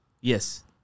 Yes